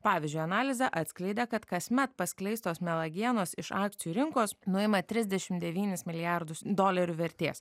pavyzdžiui analizė atskleidė kad kasmet paskleistos melagingos iš akcijų rinkos nuima trisdešimt devynis milijardus dolerių vertės